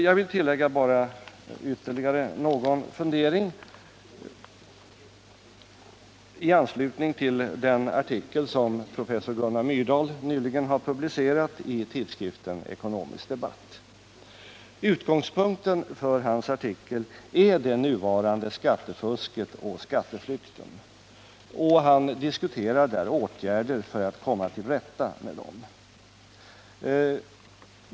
Jag vill bara tillägga ytterligare en fundering med anledning av den artikel som professor Gunnar Myrdal nyligen har publicerat i tidskriften Ekonomisk Debatt. Utgångspunkten för hans artikel är det nuvarande skattefusket och skatteflykten. Han diskuterar där åtgärder för att komma till rätta med dessa saker.